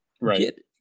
Right